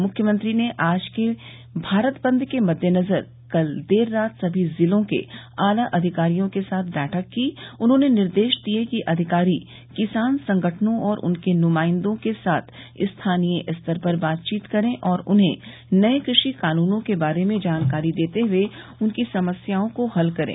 मुख्यमंत्री ने आज के भारत बंद के मद्देनजर कल देर रात सभी जिलों के आला अधिकारियों के साथ बैठक की उन्होंने निर्देश दिए कि अधिकारी किसान संगठनों और उनके नुमाइंदों के साथ स्थानीय स्तर पर बातचीत करें और उन्हें नए कृषि कानूनों के बारे में जानकारी देते हुए उनकी समस्याओं को हल करें